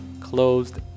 closed